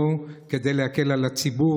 משרדו כדי להקל על הציבור.